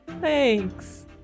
Thanks